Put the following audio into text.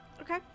Okay